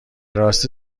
راستی